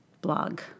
blog